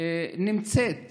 נמצאת